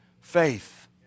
faith